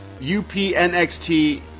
UPNXT